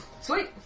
Sweet